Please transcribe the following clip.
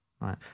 right